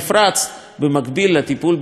במקביל לטיפול בנושא התעשייתי,